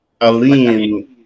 Aline